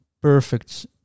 perfect